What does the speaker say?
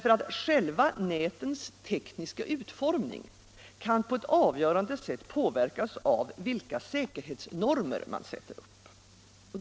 Själva nätets tekniska utformning kan nämligen på avgörande sätt påverkas av vilka säkerhetsnormer man sätter upp.